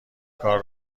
کار